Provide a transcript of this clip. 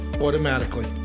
automatically